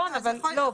לא,